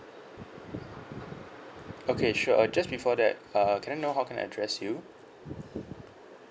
okay sure uh just before that uh can I know how can I address you